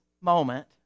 moment